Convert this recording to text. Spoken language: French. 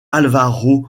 álvaro